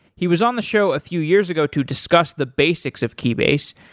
he was on the show a few years ago to discuss the basics of keybase.